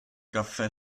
caffè